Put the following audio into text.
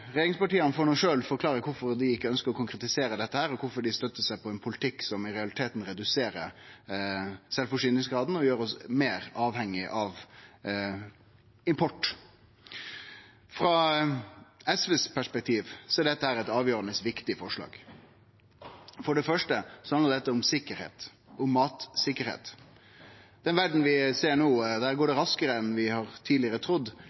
Regjeringspartia kan sjølve forklare kvifor dei ikkje ønskjer å konkretisere dette, og kvifor dei støttar seg på ein politikk som i realiteten reduserer sjølvforsyningsgraden og gjer oss meir avhengige av import. I perspektivet til SV er dette eit avgjerande viktig forslag. For det første handlar det om sikkerheit – om matsikkerheit. I den verda vi ser no, går utarminga av jord globalt raskare enn vi tidlegare har trudd.